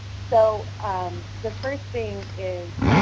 so the first thing is